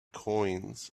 coins